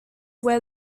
wear